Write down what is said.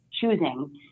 choosing